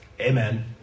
Amen